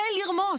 זה לרמוס.